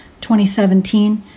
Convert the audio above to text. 2017